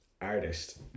artist